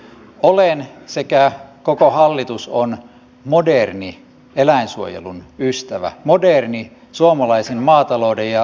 olen sekä koko hallitus on moderni eläinsuojelun ystävä moderni suomalaisen maatalouden ja ruuantuotannon kehittäjä